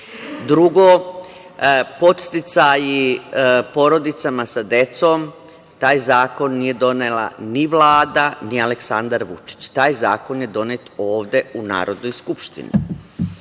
bavi. Drugo, podsticaji porodicama sa decom, taj zakon nije donela ni Vlada, ni Aleksandar Vučić, taj zakon je donet ovde u Narodnoj skupštini.